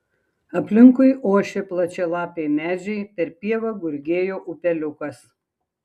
aplinkui ošė plačialapiai medžiai per pievą gurgėjo upeliukas